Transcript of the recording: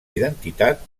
identitat